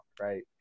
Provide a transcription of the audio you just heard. Right